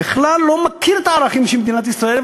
בכלל לא מכיר את הערכים של מדינת ישראל,